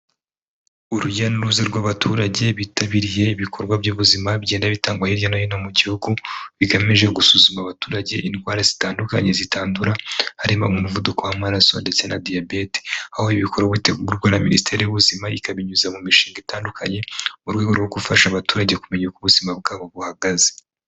Urujya n'uruza rw'abaturage bitabiriye ibikorwa by'ubuzima bigenda bitangwa hirya no hino mu gihugu bigamije gusuzuma abaturage indwara zitandukanye zitandura, harimo nk'umuvuduko w'amaraso ndetse na diyabete. Aho ibi bikorwa bitegurwa na Minisiteri y'Ubuzima ikabinyuza mu mishinga itandukanye mu rwego rwo gufasha abaturage kumenya uko ubuzima bwabo buhagaze.